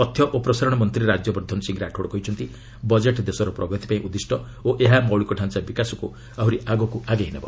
ତଥ୍ୟ ଓ ପ୍ରସାରଣମନ୍ତ୍ରୀ ରାଜ୍ୟବର୍ଦ୍ଧନ ସିଂ ରାଠୋଡ୍ କହିଛନ୍ତି ବଜେଟ୍ ଦେଶର ପ୍ରଗତିପାଇଁ ଉଦ୍ଦିଷ୍ଟ ଓ ଏହା ମୌଳିକ ଢାଞ୍ଚା ବିକାଶକୁ ଆହୁରି ଆଗକୁ ଆଗେଇ ନେବ